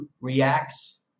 Reacts